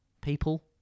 people